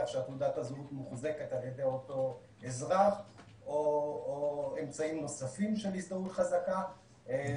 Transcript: שתעודת הזהות מוחזקת על ידי אותו אזרח או אמצעים נוספים של הזדהות חזקה.